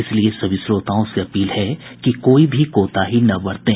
इसलिए सभी श्रोताओं से अपील है कि कोई भी कोताही न बरतें